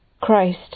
Christ